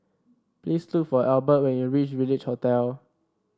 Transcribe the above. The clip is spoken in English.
please look for Albert when you reach Village Hotel